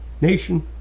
nation